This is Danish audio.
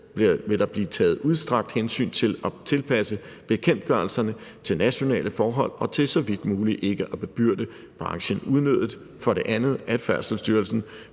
vil der blive taget udstrakt hensyn til at tilpasse bekendtgørelserne til nationale forhold og til så vidt muligt ikke at bebyrde branchen unødigt. – Færdselsstyrelsen